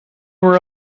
were